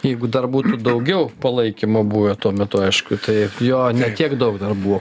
jeigu dar būtų daugiau palaikymo buvę tuo metu aišku tai jo ne tiek daug dar buvo